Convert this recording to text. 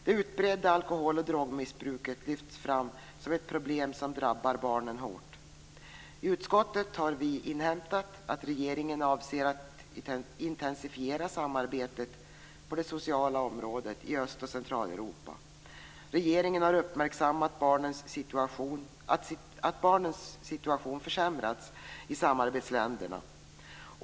Det utbredda alkohol och drogmissbruket lyfts fram som ett problem som drabbar barnen hårt. I utskottet har vi inhämtat att regeringen avser att intensifiera samarbetet på det sociala området i Öst och Centraleuropa. Regeringen har uppmärksammat att barnens situation försämrats i samarbetsländerna.